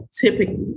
typically